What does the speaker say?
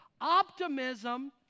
optimism